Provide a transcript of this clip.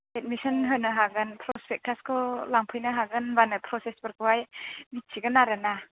admission होनो हागोन प्रसपेक्टासखौ लांफैनो हागोन होमब्लानो प्रसेसफोरखौहाय मिथिगोन आरो ना